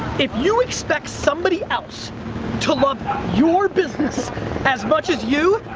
if you expect somebody else to love your business as much as you,